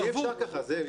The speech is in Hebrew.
אי אפשר כך,